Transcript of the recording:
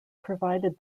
provided